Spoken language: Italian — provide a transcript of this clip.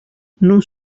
non